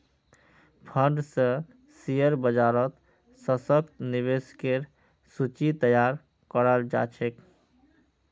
fund स share बाजारत सशक्त निवेशकेर सूची तैयार कराल जा छेक